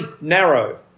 narrow